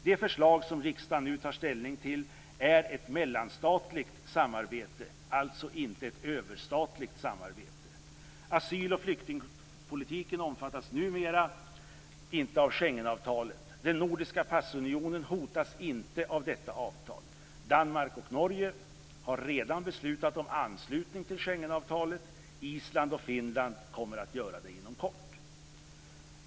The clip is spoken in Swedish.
Det förslag som riksdagen nu tar ställning till är ett mellanstatligt samarbete, alltså inte ett överstatligt samarbete. Asyl och flyktingpolitiken omfattas numera inte av Schengenavtalet. Den nordiska passunionen hotas inte av detta avtal. Danmark och Norge har redan beslutat om anslutning till Schengenavtalet. Island och Finland kommer att göra det inom kort.